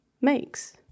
makes